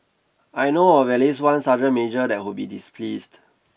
I know of at least one sergeant major that would be displeased